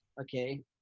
okay